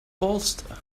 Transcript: bolster